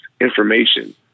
information